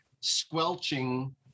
squelching